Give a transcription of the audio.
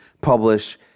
publish